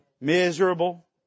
Miserable